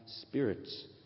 spirits